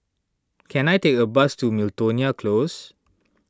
can I take a bus to Miltonia Close